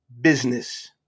business